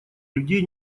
людей